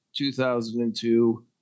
2002